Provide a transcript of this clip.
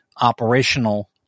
operational